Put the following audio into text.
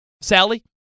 Sally